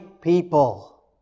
people